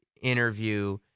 interview